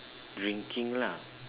drinking lah